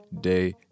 day